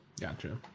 Gotcha